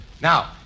Now